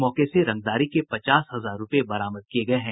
मौके से रंगदारी के पचास हजार रूपये बरामद किये गये हैं